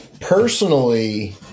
personally